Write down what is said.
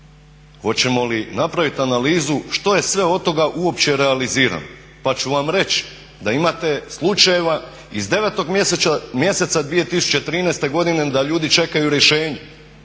hoćemo li napraviti analizu što je sve od toga uopće realizirano. Pa ću vam reći da imate slučajeva iz 9.mjeseca 2013.godine da ljudi čekaju rješenje.